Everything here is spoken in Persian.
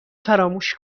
فراموش